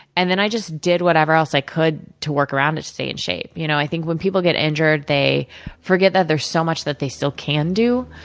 and then, i just did whatever else i could to work around it, and stay in shape. you know i think when people get injured, they forget that there's so much that they still can do.